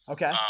Okay